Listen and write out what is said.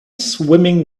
swimming